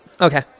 okay